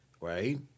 Right